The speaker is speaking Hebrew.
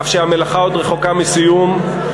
אף שהמלאכה עוד רחוקה מסיום,